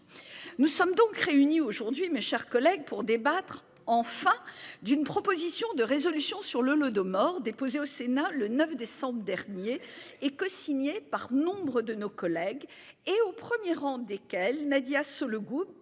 Nous sommes donc réunis aujourd'hui, mes chers collègues, pour débattre, enfin d'une proposition de résolution sur l'Holodomor. Déposé au Sénat le 9 décembre dernier et co-signé par nombre de nos collègues et au 1er rang desquels Nadia Sollogoub